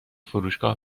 فروشگاه